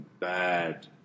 bad